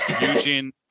Eugene